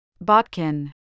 Botkin